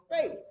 faith